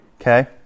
Okay